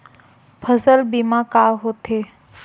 फसल बीमा का होथे?